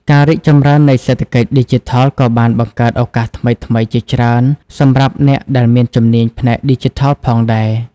ការរីកចម្រើននៃសេដ្ឋកិច្ចឌីជីថលក៏បានបង្កើតឱកាសថ្មីៗជាច្រើនសម្រាប់អ្នកដែលមានជំនាញផ្នែកឌីជីថលផងដែរ។